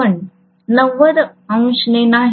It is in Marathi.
पण 90° ने नाही